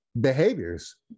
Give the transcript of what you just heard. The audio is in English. behaviors